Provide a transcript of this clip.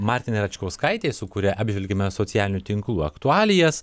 martinai račkauskaitei su kuria apžvelgėme socialinių tinklų aktualijas